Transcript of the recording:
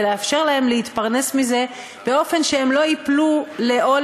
ולאפשר להם להתפרנס מזה באופן שהם לא ייפלו לעול